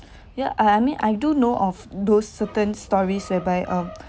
ya I I mean I do know of those certain stories whereby um